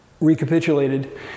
recapitulated